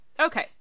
okay